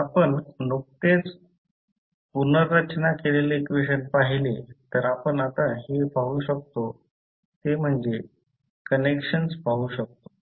जर आपण नुकतेच पुनर्रचना केलेले इक्वेशन पाहिले तर आपण आता जे पाहू शकतो ते म्हणजे कनेक्शन पाहू शकतो